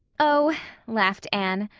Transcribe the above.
oh, laughed anne,